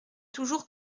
toujours